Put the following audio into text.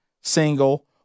single